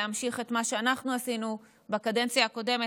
יכלו להמשיך את מה שאנחנו עשינו בקדנציה הקודמת,